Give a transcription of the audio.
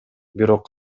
бирок